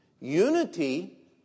Unity